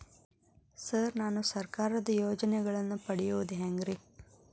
Sir ನಾನು ಸರ್ಕಾರ ಯೋಜೆನೆಗಳನ್ನು ಪಡೆಯುವುದು ಹೆಂಗ್ರಿ?